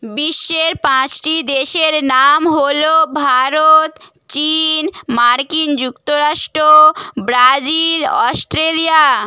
বিশ্বের পাঁচটি দেশের নাম হলো ভারত চীন মার্কিন যুক্তরাষ্ট ব্রাজিল অস্ট্রেলিয়া